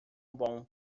bom